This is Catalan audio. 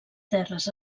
terres